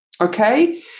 okay